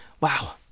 wow